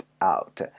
out